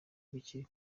bikiri